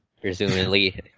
presumably